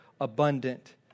abundant